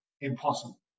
impossible